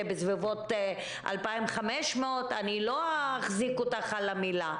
בסביבות 2,500 אני לא אחזיק אותך על המילה,